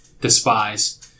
despise